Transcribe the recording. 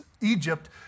Egypt